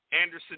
Anderson